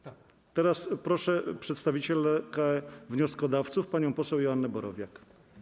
Teraz proszę przedstawicielkę wnioskodawców panią poseł Joannę Borowiak.